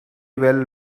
well